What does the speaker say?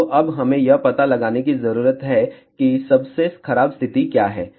तो अब हमें यह पता लगाने की जरूरत है कि सबसे खराब स्थिति क्या है